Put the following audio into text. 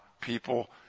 people